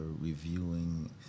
reviewing